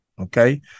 okay